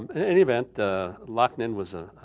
any event loc ninh was,